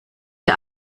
der